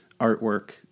artwork